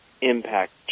impact